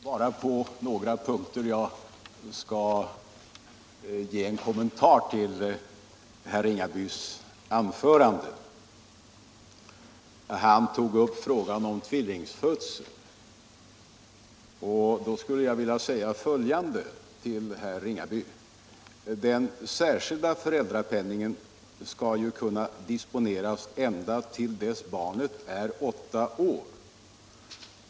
Herr talman! Jag skall bara på några punkter ge en kommentar till herr Ringabys anförande. Han tog upp frågan om tvillingfödsel. Jag skulle gärna vilja säga följande till herr Ringaby: Den särskilda föräldrapenningen skall kunna disponeras ända till dess barnet är åtta år.